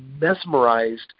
mesmerized